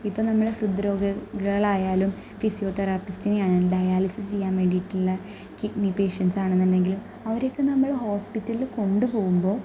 ഇപ്പോൾ നമ്മൾ ഹൃദ്രോഗികളായാലും ഫിസിയോതെറാപ്പിസ്റ്റിനെയാണ് ഡയാലിസിസ് ചെയ്യാന് വേണ്ടിയിട്ടുള്ള കിഡ്നി പേഷ്യന്റ്സാണെന്നുണ്ടെങ്കിൽ അവരൊക്കെ നമ്മൾ ഹോസ്പിറ്റലില് കൊണ്ടു പോകുമ്പോൾ